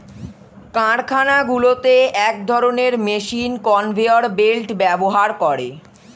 কারখানাগুলোতে এক ধরণের মেশিন কনভেয়র বেল্ট ব্যবহার করে